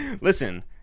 Listen